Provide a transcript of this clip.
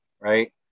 right